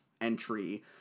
entry